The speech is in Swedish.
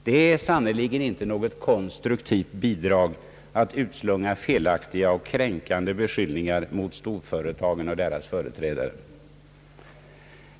Det är sannerligen inte något konstruktivt bidrag att utslunga felaktiga och kränkande beskyllningar mot storföretagen och deras företrädare.